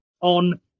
on